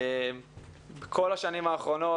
בכל השנים האחרונות,